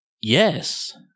Yes